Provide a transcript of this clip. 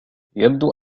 يبدو